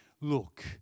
look